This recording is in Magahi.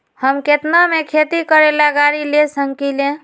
हम केतना में खेती करेला गाड़ी ले सकींले?